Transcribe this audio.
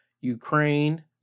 Ukraine